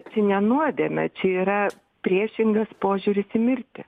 čia ne nuodėmė čia yra priešingas požiūris į mirtį